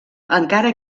encara